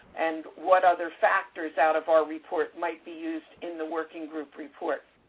and what other factors out of our report might be used in the working group report.